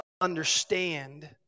understand